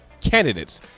candidates